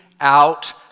out